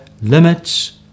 limits